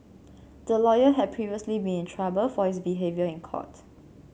the lawyer had previously been in trouble for his behaviour in court